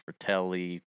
fratelli